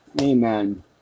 Amen